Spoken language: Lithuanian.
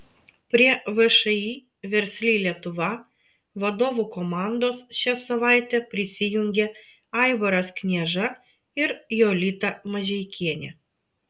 prie všį versli lietuva vadovų komandos šią savaitę prisijungė aivaras knieža ir jolita mažeikienė